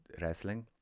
wrestling